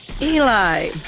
Eli